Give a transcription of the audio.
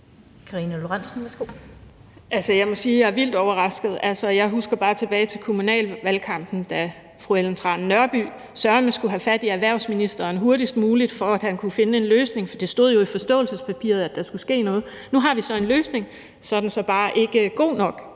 jeg er vildt overrasket. Jeg husker bare tilbage til kommunalvalgkampen, da fru Ellen Trane Nørby sørme skulle have fat i erhvervsministeren hurtigst muligt, så han kunne finde en løsning, for det stod jo i forståelsespapiret, at der skulle ske noget. Nu har vi så en løsning; den er så bare ikke god nok.